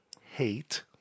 hate